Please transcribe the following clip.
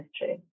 history